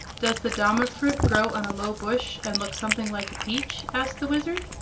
does the dama-fruit grow on a low bush, and look something like a peach? asked the wizard.